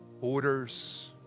orders